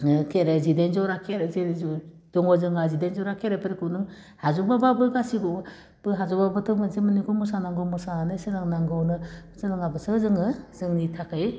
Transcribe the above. जोङो खेराइ जिडाइन जरा खे जों ज' दङ जोंहा जिडाइन जरा खेराइ फोरखौ नों हाजोबाबाबो गासिखौबो हाजोबाबाथ' मोनसे मोननैखौ मोसानांगौ मोसानानै सोलोंनांगौ सोलोङाबासो जोङो जोंनि थाखै